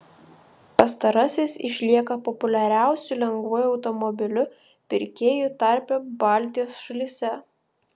pastarasis išlieka populiariausiu lengvuoju automobiliu pirkėjų tarpe baltijos šalyse